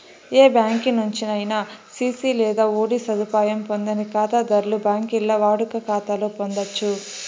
ఏ బ్యాంకి నుంచైనా సిసి లేదా ఓడీ సదుపాయం పొందని కాతాధర్లు బాంకీల్ల వాడుక కాతాలు పొందచ్చు